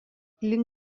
įeina